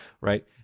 right